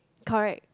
correct